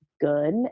good